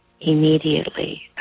immediately